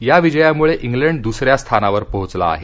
या विजयामुळे इंग्लंड दुस या स्थानावर पोहोचला आहे